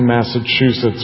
Massachusetts